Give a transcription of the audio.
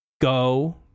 Go